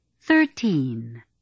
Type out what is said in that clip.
Thirteen